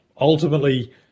ultimately